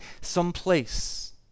someplace